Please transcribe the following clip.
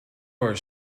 are